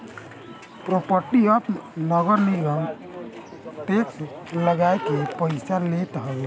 property पअ नगरनिगम tax लगाइ के पईसा लेत हवे